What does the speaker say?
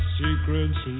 secrets